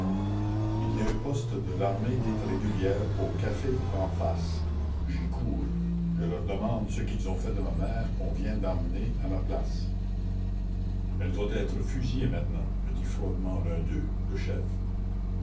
il y a un poste de l'armée dite régulière au café en face j'y cours je leur demande ce qu'ils ont fait de ma mère qu'on vient d'emmener à ma place elle doit être fusillée maintenant me dit froidement l'un d'eux le chef